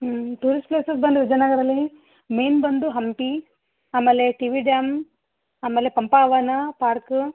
ಹ್ಞೂ ಟೂರಿಸ್ಟ್ ಪ್ಲೇಸಿಗೆ ಬಂದು ವಿಜಯನಗರ್ರಲ್ಲಿ ಮೇಯ್ನ್ ಬಂದು ಹಂಪಿ ಆಮೇಲೆ ಟಿ ಬಿ ಡ್ಯಾಮ್ ಆಮೇಲೆ ಪಂಪವನ ಪಾರ್ಕ್